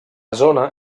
zona